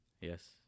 yes